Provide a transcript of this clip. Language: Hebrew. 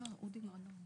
אודי מנור,